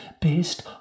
based